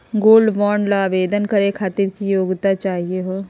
Gold bond ल आवेदन करे खातीर की योग्यता चाहियो हो?